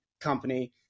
company